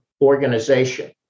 organization